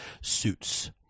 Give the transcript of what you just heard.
suits